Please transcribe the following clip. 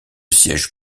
siège